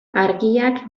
argiak